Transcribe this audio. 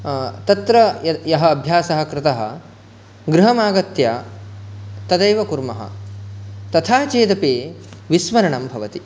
तत्र यत् यः अभ्यासः कृतः गृहम् आगत्य तदैव कुर्मः तथा चेदपि विस्मरणं भवति